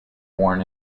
born